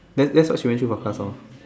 then that's what she went through for class all